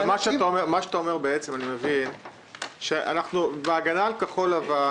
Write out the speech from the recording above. אתה אומר בעצם שבהגנה על תוצרת כחול-לבן